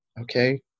okay